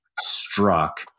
struck